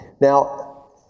Now